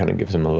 and gives him ah